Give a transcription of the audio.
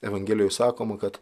evangelijoj sakoma kad